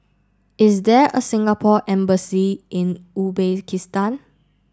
is there a Singapore embassy in Uzbekistan